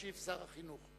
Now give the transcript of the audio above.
ישיב שר החינוך.